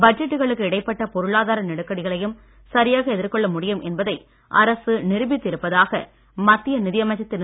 பட்ஜெட்டுகளுக்கு இடைப்பட்ட பொருளாதார நெருக்கடிகளையும் சரியாக எதிர்கொள்ள முடியும் என்பதை அரசு நிரூபித்து இருப்பதாக மத்திய நிதியமைச்சர் திரு